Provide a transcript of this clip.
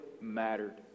mattered